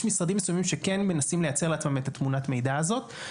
יש משרדים מסוימים שכן מנסים לייצר לעצמם את תמונת המידע הזאת,